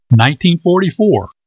1944